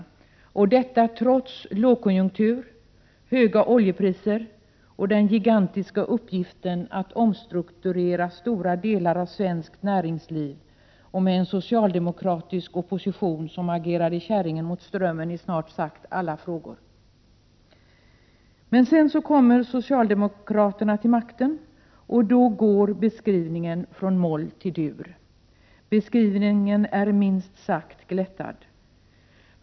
Detta skedde trots lågkonjunktur, höga oljepriser, den gigantiska uppgiften att omstrukturera stora delar av svenskt näringsliv och med en socialdemokratisk opposition som agerade kärringen mot strömmen i snart sagt alla frågor. Sedan kommer socialdemokraterna till makten, och då går beskrivningen från moll till dur. Beskrivningen är minst sagt glättad.